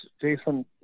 Jason